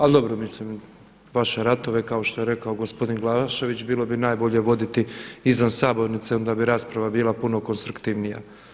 Ali dobro, milim, vaše ratove kao što je rekao gospodin Glavašević bilo bi najbolje voditi izvan sabornice, onda bi rasprava bila puno konstruktivnija.